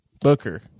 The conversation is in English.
Booker